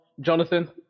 Jonathan